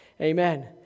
Amen